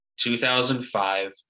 2005